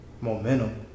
momentum